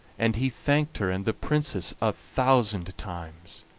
and he thanked her and the princess a thousand times.